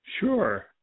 Sure